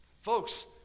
Folks